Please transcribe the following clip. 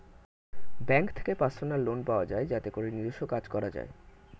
bank থেকে personal loan পাওয়া যায় যাতে করে নিজস্ব কাজ করা যায়